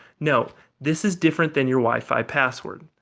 note this is different than your wifi password.